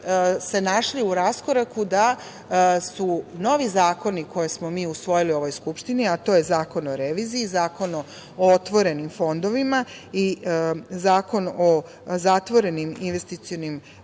se našli u raskoraku da su novi zakoni, koje smo mi usvojili u ovoj Skupštini, a to je Zakon o reviziji, Zakon o otvorenim fondovima i Zakon o alternativnim investicionim